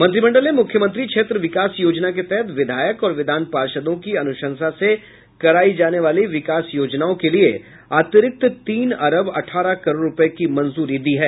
मंत्रिमंडल ने मुख्यमंत्री क्षेत्र विकास योजना के तहत विधायक और विधान पार्षदों की अनुशंसा से करायी जाने वाली विकास योजनाओं के लिए अतिरिक्त तीन अरब अठारह करोड़ रुपये की मंजूरी दी है